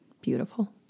beautiful